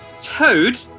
Toad